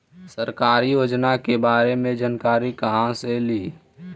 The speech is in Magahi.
सरकारी योजना के बारे मे जानकारी कहा से ली?